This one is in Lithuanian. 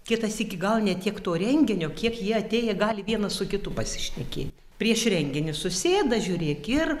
kitą sykį gal ne tiek to renginio kiek jie atėję gali vienas su kitu pasišnekė prieš renginį susėda žiūrėk ir